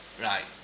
Right